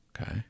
okay